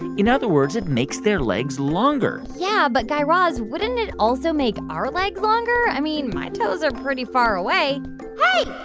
in other words, it makes their legs longer yeah, but, guy raz, wouldn't it also make our legs longer? i mean, my toes are pretty far away hi,